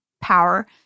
power